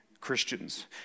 Christians